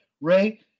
Ray